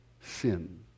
sin